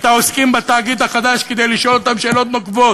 העוסקים בתאגיד החדש כדי לשאול אותם שאלות נוקבות,